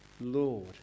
Lord